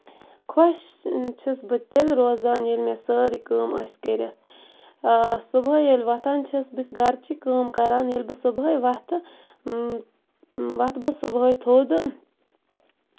خۄش چھَس بہٕ تیٚلہِ روزان ییٚلہِ مےٚ سٲرٕے کٲم آسہِ کٔرِتھ آ صبُٮحٲے ییٚلہِ وۄتھان چھَس بہٕ بہٕ چھَس گرِچی کٲم کران ییٚلہِ بہٕ صبُحٲے وۄتھٕ وۄتھٕ بہٕ صبُحٲے تھوٚد